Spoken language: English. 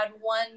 one